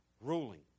ruling